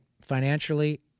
financially